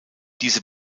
diese